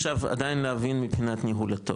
עכשיו עדיין להבין מבחינת ניהול התור,